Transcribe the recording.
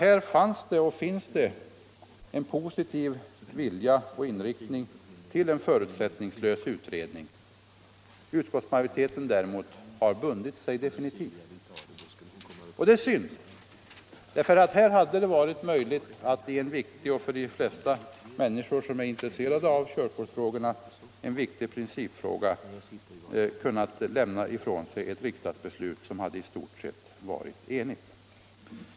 Här fanns det, och finns det, en positiv vilja och inriktning till en förutsättningslös utredning. Utskottsmajoriteten däremot har bundit sig definitivt, och det är synd, därför att här hade det varit möjligt att i en för de flesta människor som är intresserade av körkortsfrågorna viktig principfråga kunna lämna ifrån sig ett riksdagsbeslut som i stort sett hade varit enigt.